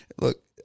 look